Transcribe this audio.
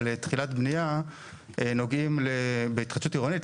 תחילת בנייה נוגעים בהתחדשות עירונית,